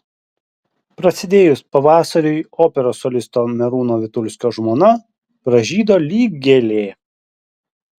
prasidėjus pavasariui operos solisto merūno vitulskio žmona pražydo lyg gėlė